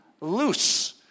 loose